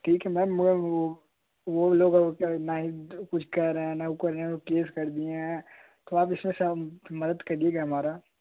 ठीक है मैम मगर वह लोग ना ही कुछ कह रहे हैं न उ कर रहे हैं केस कर दिए हैं तो आप इसमें सब मदद करिएगा हमारा